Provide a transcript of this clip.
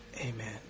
Amen